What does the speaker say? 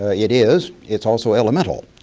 ah it is. it's also elemental.